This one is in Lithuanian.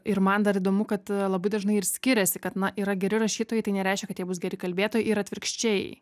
ir man dar įdomu kad labai dažnai ir skiriasi kad na yra geri rašytojai tai nereiškia kad jie bus geri kalbėtojai ir atvirkščiai